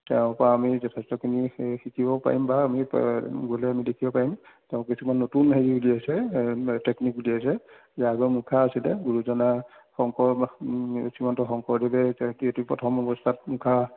তেওঁৰপৰা আমি যথেষ্টখিনি সেই শিকিব পাৰিম বা আমি গ'লে আমি দেখিব পাৰিম তেওঁ কিছুমান নতুন হেৰি উলিয়াইছে টেকনিক উলিয়াইছে যে আগৰ মুখা আছিলে গুৰুজনাৰ শংকৰ শ্ৰীমন্ত শংকৰদেৱে তেওঁ কীৰ্তি প্ৰথম অৱস্থাত মুখা